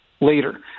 later